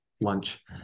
lunch